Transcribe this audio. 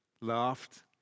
laughed